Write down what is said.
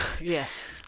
Yes